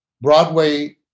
Broadway